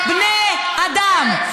הם בני אדם.